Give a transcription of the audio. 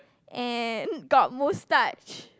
and got moustache